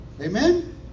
Amen